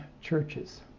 churches